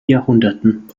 jahrhunderten